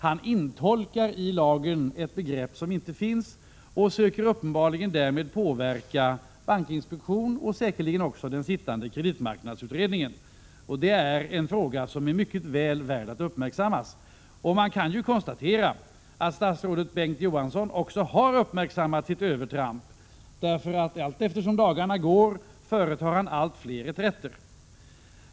Han intolkar i lagen ett begrepp som inte finns och söker uppenbarligen därmed påverka bankinspektionen och säkerligen också den sittande kreditmarknadsutredningen. Och detta är en fråga som mycket väl kan uppmärksammas. Man kan ju konstatera att statsrådet Bengt K. Å. Johansson också har observerat sitt övertramp. Allteftersom dagarna går företar han allt fler reträtter.